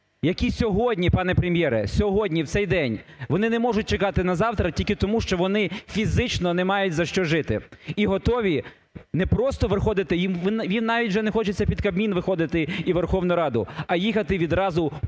які сьогодні, пане Прем’єре, сьогодні, в цей день вони не можуть чекати на завтра тільки тому, що вони фізично не мають, за що жити. І готові не просто виходити, їм навіть вже не хочеться під Кабмін виходити і Верховну Раду, а їхати відразу в Польщу,